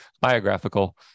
biographical